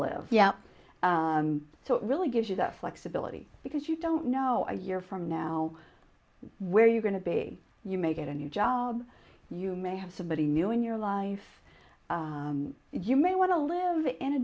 live yeah so it really gives you the flexibility because you don't know i year from now where you're going to be you may get a new job you may have somebody new in your life you may want to live in a